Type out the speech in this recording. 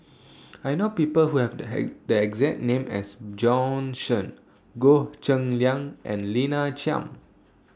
I know People Who Have The The exact name as Bjorn Shen Goh Cheng Liang and Lina Chiam